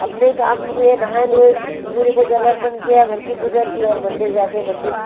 अपने काम हुए नहाए धोए सूर्य को जल अर्पण किया घर की पूजा किया और मंदिर जा कर मंदिर